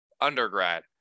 undergrad